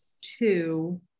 two